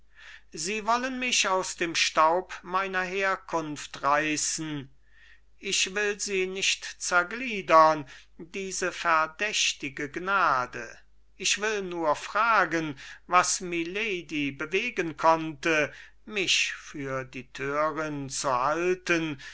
sie wollen mich aus dem staub meiner herkunft reißen ich will sie nicht zergliedern diese verdächtige gnade ich will nur fragen was milady bewegen konnte mich für die thörin zu halten